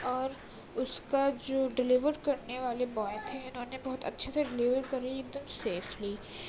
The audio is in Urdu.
اور اس کا جو ڈلیور کرنے والے بوائے تھے انہوں نے بہت اچھے سے ڈلیور کری ایک دم سیفلی